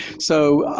so